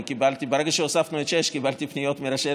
ברגע שהוספנו את 6 קיבלתי פניות מראשי